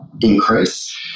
increase